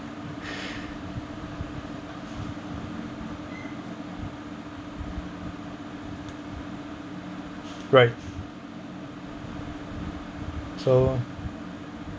right so